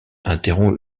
interrompt